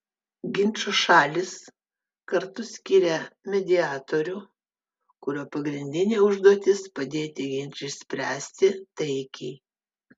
ginčo šalys kartu skiria mediatorių kurio pagrindinė užduotis padėti ginčą išspręsti taikiai